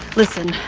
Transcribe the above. listen.